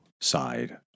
side